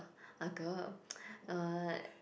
ah girl uh